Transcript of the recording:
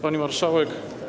Pani Marszałek!